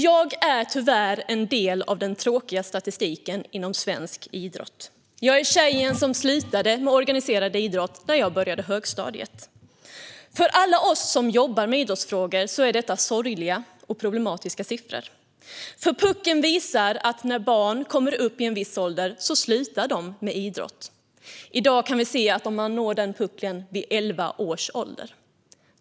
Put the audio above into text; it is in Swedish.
Jag är tyvärr en del av den tråkiga statistiken inom svensk idrott. Jag är tjejen som slutade med organiserad idrott när jag började högstadiet. För alla oss som jobbar med idrottsfrågor är dessa siffror sorgliga och problematiska. De visar nämligen att barn slutar med idrott när de kommer upp i en viss ålder. I dag kan vi se att de når den puckeln vid elva års ålder.